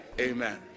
Amen